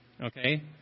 okay